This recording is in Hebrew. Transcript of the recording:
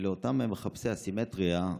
ולאותם מחפשי הסימטריה,